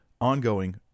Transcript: ongoing